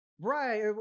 Right